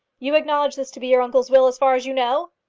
you acknowledge this to be your uncle's will as far as you know?